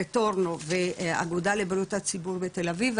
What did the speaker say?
רטורנו ואגודה לבריאות הציבור בתל אביב,